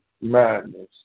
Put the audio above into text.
madness